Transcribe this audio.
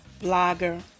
blogger